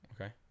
Okay